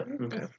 okay